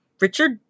Richard